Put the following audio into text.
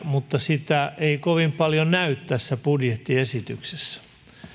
mutta sitä ei kovin paljon näy tässä budjettiesityksessä